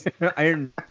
Iron